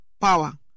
power